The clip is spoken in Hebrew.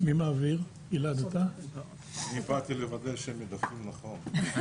אני באתי לוודא שהם מדווחים נכון.